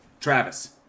Travis